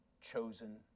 chosen